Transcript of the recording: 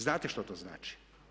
Znate što to znači.